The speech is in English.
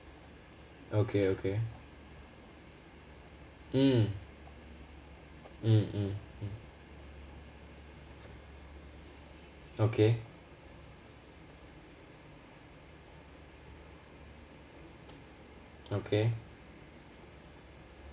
okay okay mm mm mm okay okay